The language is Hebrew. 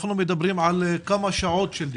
אנחנו מדברים על כמה שעות של דיון.